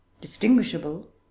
distinguishable